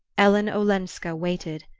ellen olenska waited.